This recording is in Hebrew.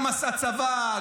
גם עשה צבא,